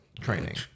training